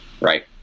right